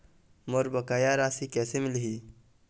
मोर बकाया राशि कैसे मिलही?